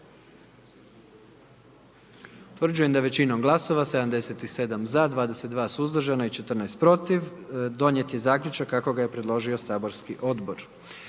Utvrđujem da je većinom glasova 78 za i 1 suzdržan i 20 protiv donijet zaključak kako ga je predložilo matično